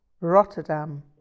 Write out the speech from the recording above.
Rotterdam